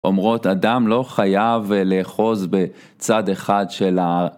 אומרות, אדם לא חייב לאחוז בצד אחד של ה...